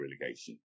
relegation